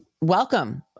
Welcome